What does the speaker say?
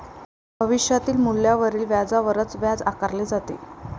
भविष्यातील मूल्यावरील व्याजावरच व्याज आकारले जाते